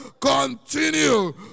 continue